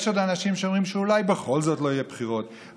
יש עוד אנשים שאומרים שאולי בכל זאת לא יהיו בחירות,